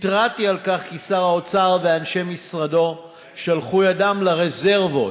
התרעתי על כך כי שר האוצר ואנשי משרדו שלחו ידם לרזרבות,